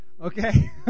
Okay